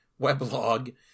weblog